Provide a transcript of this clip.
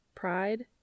Pride